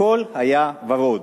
הכול היה ורוד: